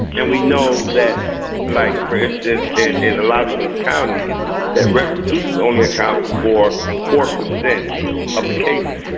and we know that like for instance in in a lot of these counties that restitution only account for four percent of the cases.